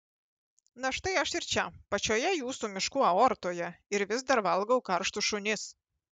na štai aš ir čia pačioje jūsų miškų aortoje ir vis dar valgau karštus šunis